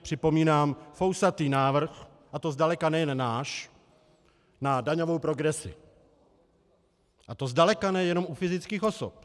Připomínám fousatý návrh, a to zdaleka nejen náš, na daňovou progresi, a to zdaleka ne jenom u fyzických osob.